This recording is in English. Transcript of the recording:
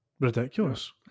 ridiculous